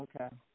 Okay